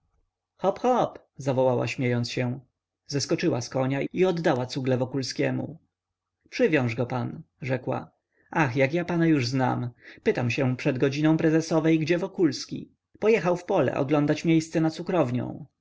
hop hop zawołała śmiejąc się zeskoczyła z konia i oddała cugle wokulskiemu przywiąż go pan rzekła ach jak ja pana już znam pytam się przed godziną prezesowej gdzie wokulski pojechał w pole oglądać miejsce na cukrownią